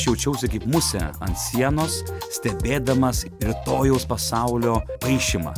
jaučiausi kaip musė ant sienos stebėdamas rytojaus pasaulio paišymą